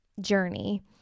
journey